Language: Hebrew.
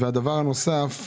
בנוסף,